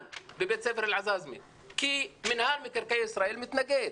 בבית ספר אל עזאזמה כי מינהל מקרקעי ישראל מתנגד,